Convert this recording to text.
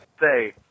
Say